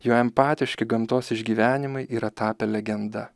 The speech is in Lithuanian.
jo empatiški gamtos išgyvenimai yra tapę legenda